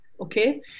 Okay